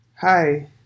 hi